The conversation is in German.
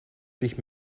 sich